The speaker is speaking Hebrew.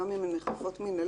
גם אם הן נאכפות מנהלית,